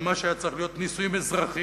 שממש היה צריך להיות נישואים אזרחיים,